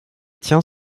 tient